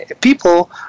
people